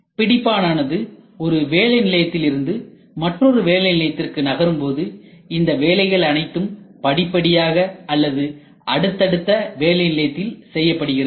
பிடிப்பானது ஒரு வேலைநிலையத்திலிருந்து மற்றொரு வேலை நிலையத்திற்கு நகரும்போது இந்த வேலைகள் அனைத்தும் படிப்படியாக அல்லது அடுத்தடுத்த வேலை நிலையத்தில் செய்யப்படுகிறது